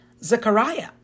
Zechariah